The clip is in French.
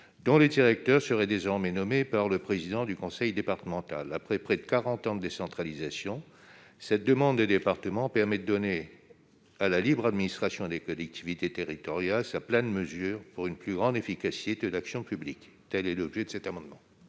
dont les directeurs seraient désormais nommés par le président du conseil départemental. Après près de quarante ans de décentralisation, l'adoption de cet amendement permettrait de donner à la libre administration des collectivités territoriales sa pleine mesure, pour une plus grande efficacité de l'action publique. La parole est à M.